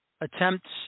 attempts